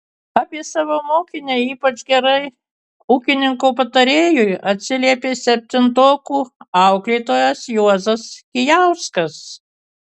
apie savo mokinę ypač gerai ūkininko patarėjui atsiliepė septintokų auklėtojas juozas kijauskas